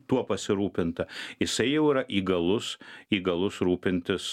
tuo pasirūpinta jisai jau yra įgalus įgalus rūpintis